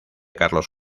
carlos